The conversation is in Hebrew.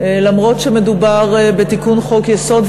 למרות שמדובר בתיקון חוק-יסוד,